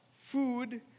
Food